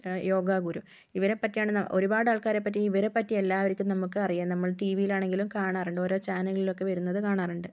യോഗാ ഗുരു ഇവരെപ്പറ്റിയാണ് ഒരുപാട് ആൾക്കാരെപ്പറ്റി ഇവരെപ്പറ്റി എല്ലാവർക്കും നമുക്ക് അറിയാം നമ്മൾ ടീ വി യിലാണെങ്കിലും കാണാറുണ്ട് ഓരോ ചാനലുകളിലൊക്കെ വരുന്നത് കാണാറുണ്ട്